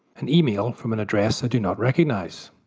an email from an address i do not recognise,